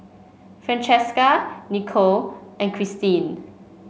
Francesca Nichole and Christine